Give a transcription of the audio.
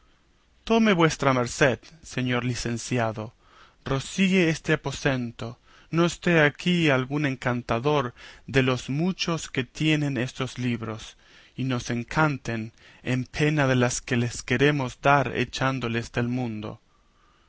tome vuestra merced señor licenciado rocíe este aposento no esté aquí algún encantador de los muchos que tienen estos libros y nos encanten en pena de las que les queremos dar echándolos del mundo